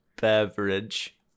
beverage